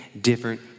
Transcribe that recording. different